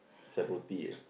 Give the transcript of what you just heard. sell roti eh